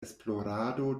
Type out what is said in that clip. esplorado